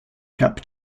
cup